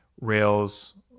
Rails